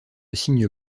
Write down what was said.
cygnes